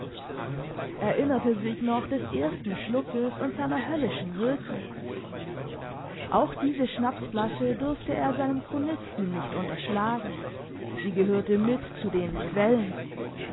erinnerte sich noch des ersten schluckes und seiner höllischen wirkung auch diese schnapsflasche durfte er seinem chronisten nicht unterschlagen sie gehörte mit zu den quellen